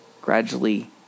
gradually